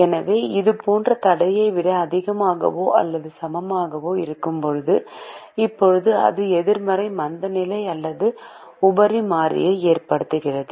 எனவே இது போன்ற தடையை விட அதிகமாகவோ அல்லது சமமாகவோ இருக்கும்போது இப்போது அது எதிர்மறை மந்தநிலை அல்லது உபரி மாறியை ஏற்படுத்தும்